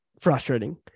frustrating